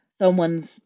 someone's